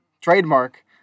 trademark